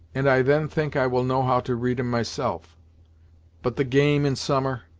and i then think i will know how to read em myself but the game in summer,